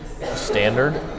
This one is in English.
Standard